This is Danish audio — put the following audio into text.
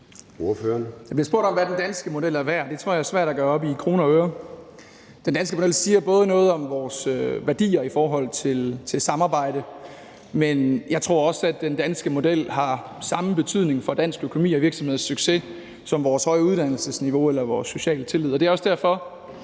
Der bliver spurgt om, hvad den danske model er værd, men det tror jeg er svært at gøre op i kroner og øre. Den danske model siger noget om vores værdier i forhold til samarbejde, men jeg tror også, at den danske model har samme betydning for dansk økonomi og danske virksomheders succes som vores høje uddannelsesniveau eller vores sociale tillid, og det er også derfor,